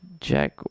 Jack